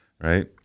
Right